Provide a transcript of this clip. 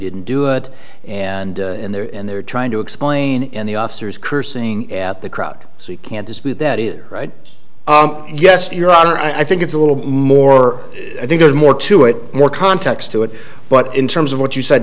didn't do it and in there and they're trying to explain in the officers cursing at the crowd so you can't dispute that is right yes your honor i think it's a little more i think there's more to it more context to it but in terms of what you said